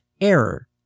error